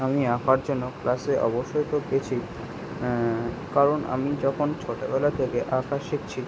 আমি আঁকার জন্য ক্লাসে অবশ্যই তো গেছি কারণ আমি যখন ছোটোবেলা থেকে আঁকা শিখছি